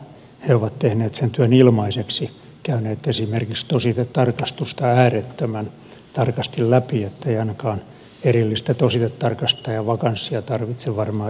he ovat tehneet sen työn ilmaiseksi käyneet esimerkiksi tositetarkastusta äärettömän tarkasti läpi ettei ainakaan erillistä tositetarkastajan vakanssia tarvitse varmaan eduskunnan palkata